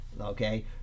Okay